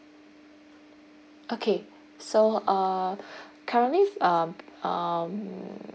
okay so uh currently um um